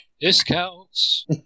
Discounts